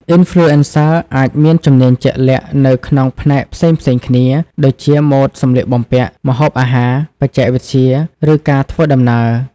Influencers អាចមានជំនាញជាក់លាក់នៅក្នុងផ្នែកផ្សេងៗគ្នា ដូចជាម៉ូដសម្លៀកបំពាក់ ម្ហូបអាហារ បច្ចេកវិទ្យា ឬការធ្វើដំណើរ។